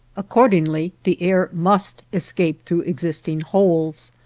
accordingly the air must escape through existing holes,